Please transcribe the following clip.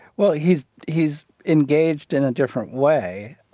well, he's he's engaged in a different way.